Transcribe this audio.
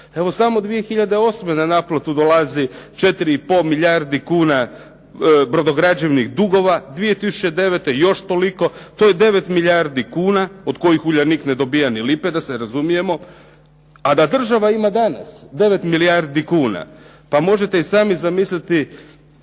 Evo samo 2008. na naplatu dolazi 4,5 milijardi kuna brodograđevnih dugova, 2009. još toliko. To je 9 milijardi kuna od kojih "Uljanik" ne dobiva ni lipe, da se razumijemo, a da država ima danas 9 milijardi kuna. Pa možete i sami zamisliti,